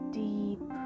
deep